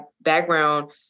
background